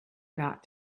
got